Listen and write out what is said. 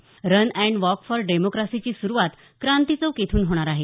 run and walk for डेमोक्रसीची सुरूवात क्रांती चौक येथून होणार आहे